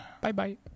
Bye-bye